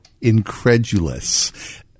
incredulous